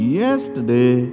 yesterday